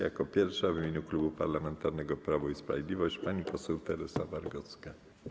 Jako pierwsza w imieniu Klubu Parlamentarnego Prawo i Sprawiedliwość pani poseł Teresa Wargocka.